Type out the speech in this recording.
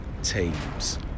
teams